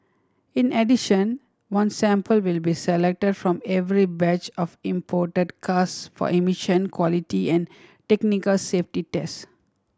in addition one sample will be selected from every batch of imported cars for emission quality and technical safety test